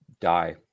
die